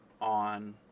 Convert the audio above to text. on